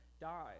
die